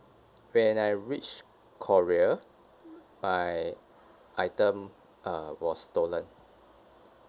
when I reached korea my item uh was stolen